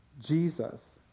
Jesus